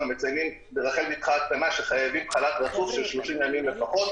מציינים ברחל בתך הקטנה שחייבים חל"ת רצוף של 30 ימים לפחות,